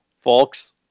Folks